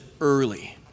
early